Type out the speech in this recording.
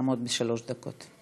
לעמוד בשלוש דקות.